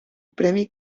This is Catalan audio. premi